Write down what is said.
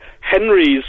Henry's